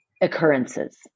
Occurrences